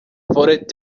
voted